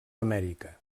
amèrica